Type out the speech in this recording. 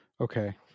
Okay